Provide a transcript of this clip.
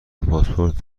پاسپورت